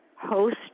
host